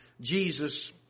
Jesus